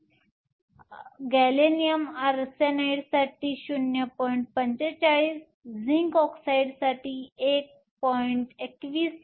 45 gallium arsenide zinc ऑक्साईडसाठी 1